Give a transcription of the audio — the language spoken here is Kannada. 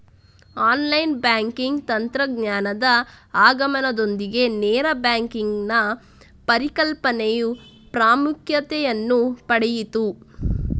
ಆನ್ಲೈನ್ ಬ್ಯಾಂಕಿಂಗ್ ತಂತ್ರಜ್ಞಾನದ ಆಗಮನದೊಂದಿಗೆ ನೇರ ಬ್ಯಾಂಕಿನ ಪರಿಕಲ್ಪನೆಯು ಪ್ರಾಮುಖ್ಯತೆಯನ್ನು ಪಡೆಯಿತು